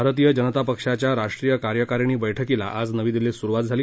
भारतीय जनता पक्षाच्या राष्ट्रीय कार्यकारिणी बैठकीला आज नवी दिल्लीत सुरवात झांली